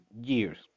years